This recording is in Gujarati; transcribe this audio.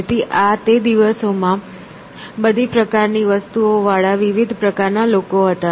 તેથી આ તે દિવસોમાં બધી પ્રકારની વસ્તુઓ વાળા વિવિધ પ્રકારના લોકો હતા